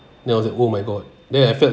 then I was like oh my god then I felt